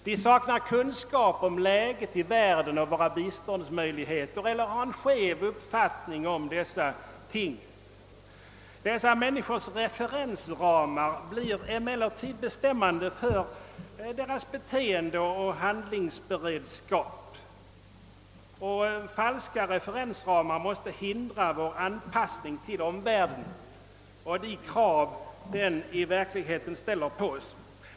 De saknar kunskap om läget i världen och om våra biståndsmöjligheter eller har en skev uppfattning om dessa ting. Dessa människors referensramar blir emellertid bestämmande för deras beteende och handlingsberedskap. Felaktiga referensramar måste hindra vår anpassning till omvärlden och de krav den i verkligheten ställer på oss.